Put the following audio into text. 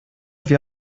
wir